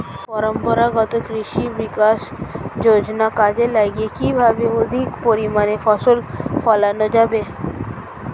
পরম্পরাগত কৃষি বিকাশ যোজনা কাজে লাগিয়ে কিভাবে অধিক পরিমাণে ফসল ফলানো যাবে?